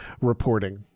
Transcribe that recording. reporting